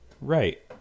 Right